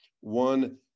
One